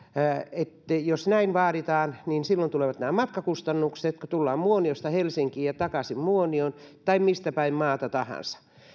että jos näin vaaditaan silloin tulevat matkakustannukset kun tullaan muoniosta helsinkiin ja takaisin muonioon tai mistäpäin maata tahansa